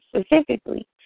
specifically